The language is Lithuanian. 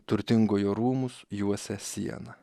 turtingojo rūmus juosia siena